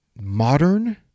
modern